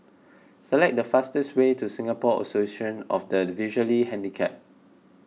select the fastest way to Singapore Association of the Visually Handicapped